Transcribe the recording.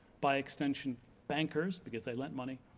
by extension bankers because they lent money,